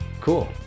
cool